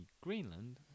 Greenland